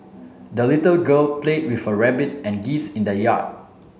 the little girl played with her rabbit and geese in the yard